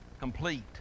complete